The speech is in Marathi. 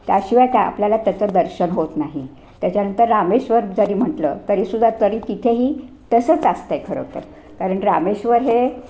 त्याशिवाय काय आपल्याला त्याचं दर्शन होत नाही त्याच्यानंतर रामेश्वर जरी म्हटलं तरी सुद्धा तरी तिथेही तसंच असतंय खरंतर कारण रामेश्वर हे